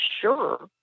sure